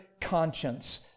conscience